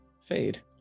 fade